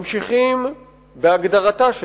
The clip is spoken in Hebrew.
ממשיכים בהגדרתה של